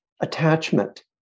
attachment